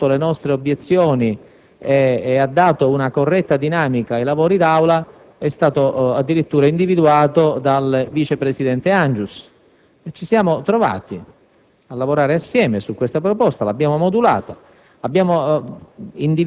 Voglio ricordare come, alla fine, il percorso che ha risolto le nostre obiezioni e ha dato una corretta dinamica ai lavori d'Aula sia stato addirittura individuato dal vice presidente Angius. Ci siamo trovati